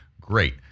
great